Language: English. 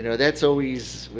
you know that's always,